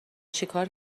چیکار